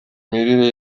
mirire